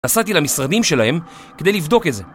נסעתי למשרדים שלהם כדי לבדוק את זה